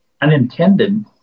unintended